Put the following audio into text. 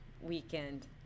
weekend